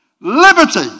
Liberty